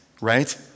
right